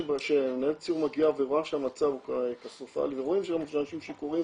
כשמנהלת סיור מגיעה ורואה שהמצב קטסטרופלי ורואים שיש אנשים שיכורים